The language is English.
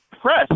press